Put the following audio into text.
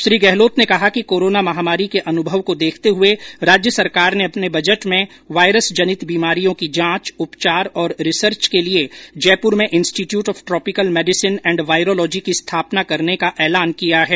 श्री गहलोत ने कहा कि कोरोना महामारी के अनुभव को देखते हुए राज्य सरकार ने अपने बजट में वायरस जनित बीमारियों की जांच उपचार और रिसर्च के लिए जयपुर में institute of tropical medicine and virology की स्थापना करने का ऐलान किया है